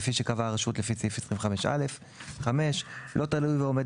כפי שקבעה הרשות לפי סעיף 25(א); לא תלוי ועומד